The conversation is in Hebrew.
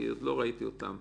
כי עוד לא ראיתי אותן.